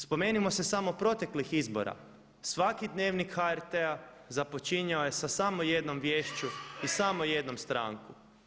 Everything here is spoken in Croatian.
Spomenimo se samo proteklih izbora, svaki dnevnih HRT-a započinjao je sa samo jednom viješću i samo jednom strankom.